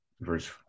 verse